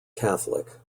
catholic